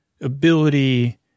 ability